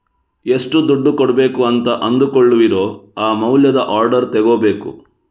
ಎಷ್ಟು ದುಡ್ಡು ಕೊಡ್ಬೇಕು ಅಂತ ಅಂದುಕೊಳ್ಳುವಿರೋ ಆ ಮೌಲ್ಯದ ಆರ್ಡರ್ ತಗೋಬೇಕು